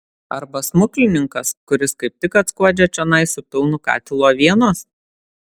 arba smuklininkas kuris kaip tik atskuodžia čionai su pilnu katilu avienos